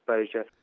exposure